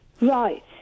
Right